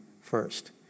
first